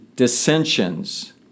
Dissensions